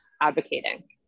advocating